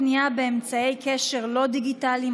פנייה באמצעי קשר לא דיגיטליים),